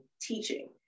teaching